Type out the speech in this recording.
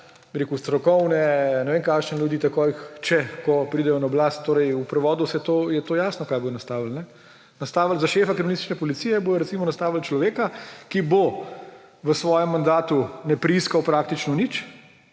strokovne, ne vem kakšne ljudi takoj, ko pridejo na oblast. V prevodu je to jasno, kaj bodo nastavili. Za šefa kriminalistične policije bodo recimo nastavili človeka, ki bo v svojem mandatu nepreiskal praktično nič,